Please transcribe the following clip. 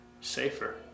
safer